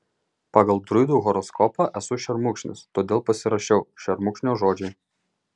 pagal druidų horoskopą esu šermukšnis todėl pasirašiau šermukšnio žodžiai